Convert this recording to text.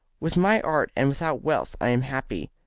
with my art and without wealth i am happy.